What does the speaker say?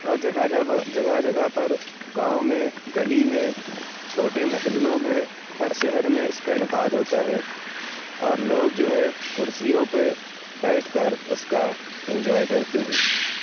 اور جگہ جگہ جگہ پرگاؤں میں گلی میں چھوٹے محلوں میں ہر شہر میں اِس کا اِنعقاد ہوتا ہے اور لوگ جو ہے کُرسیوں پہ بیٹھ کر اُس کا انجوائے کرتے ہیں